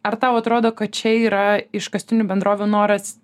ar tau atrodo kad čia yra iškastinių bendrovių noras